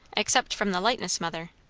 except from the lightness, mother.